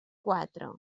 quatre